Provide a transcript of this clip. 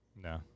No